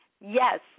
yes